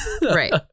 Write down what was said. Right